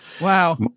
Wow